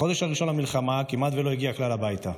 בחודש הראשון למלחמה כמעט לא הגיע כלל הביתה.